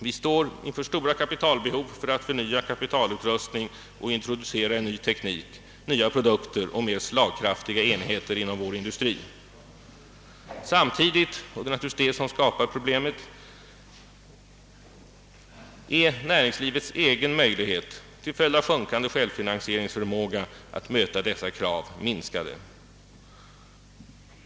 Vi står inför stora kapitalbehov för att förnya kapitalutrustning och introducera ny teknik, nya produkter och mer slagkraftiga enheter inom vår industri. Samtidigt — och det är naturligtvis det som skapar problemen — är näringslivets egna möjligheter att möta dessa krav minskade till följd av sjunkande självfinansieringsförmåga.